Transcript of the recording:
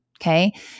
Okay